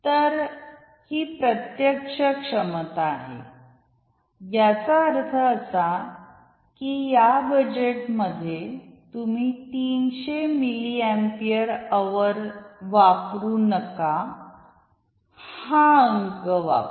तर ही प्रत्यक्ष क्षमता आहे याचा अर्थ असा की या बजेटमध्ये तुम्ही 300 मिली अँपिअर अवर वापरू नका हा अङ्क वापरा